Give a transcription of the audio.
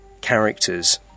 characters